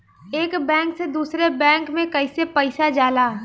एक बैंक से दूसरे बैंक में कैसे पैसा जाला?